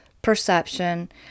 perception